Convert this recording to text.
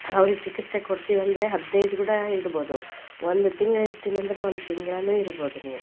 ಅವ್ರಿಗೆ ಚಿಕಿತ್ಸೆ ಕೊಡ್ತೀವಂದ್ರೆ ಹದಿನೈದು ಕೂಡಾ ಇಡ್ಬೋದು ಒಂದು ತಿಂಗ್ಳು ಇರ್ತೀನಂದ್ರೆ ಒಂದು ತಿಂಗ್ಳೂನೂ ಇರ್ಬೋದು ನೀವು